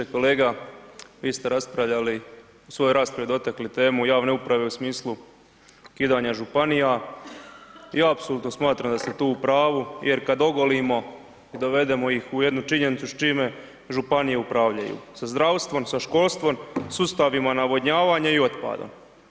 Kolega, vi ste raspravljali, u svojoj raspravi dotakli temu javne uprave u smislu ukidanja Županija, ja apsolutno smatram da ste tu u pravu, jer kad ogolimo i dovedemo ih u jednu činjenicu s čime Županije upravljaju, sa zdravstvom, sa školstvom, sustavima navodnjavanja i otpadom.